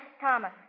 Thomas